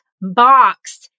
box